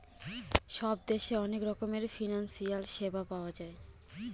সব দেশে অনেক রকমের ফিনান্সিয়াল সেবা পাওয়া যায়